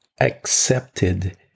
accepted